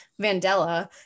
Vandella